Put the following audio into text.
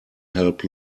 help